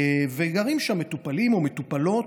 וגרים שם מטופלים או מטופלות,